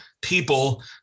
people